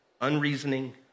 unreasoning